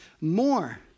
more